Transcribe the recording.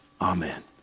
Amen